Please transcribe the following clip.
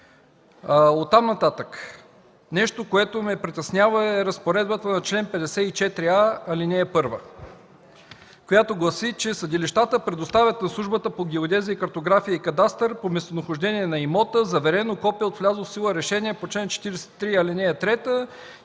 срокове. Нещо, което ме притеснява, е разпоредбата на чл. 54а, ал. 1, която гласи, че: „Съдилищата предоставят на Службата по геодезия, картография и кадастър по местонахождение на имота заверено копие от влязло в сила решение по чл. 43, ал. 3